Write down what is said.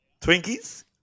Twinkies